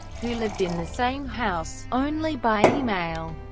who lived in the same house, only by email.